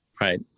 Right